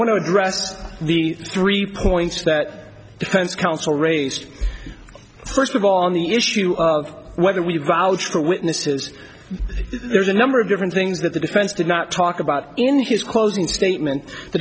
want to address the three points that defense counsel raised first of all on the issue of whether we value the witnesses there's a number of different things that the defense did not talk about in his closing statement the